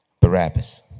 Barabbas